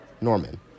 Norman